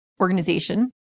Organization